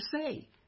say